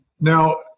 Now